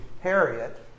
Harriet